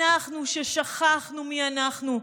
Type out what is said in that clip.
אנחנו, ששכחנו מי אנחנו,